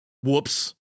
Whoops